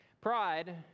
pride